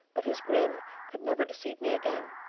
but his grin could never deceive me again.